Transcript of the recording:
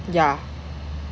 yeah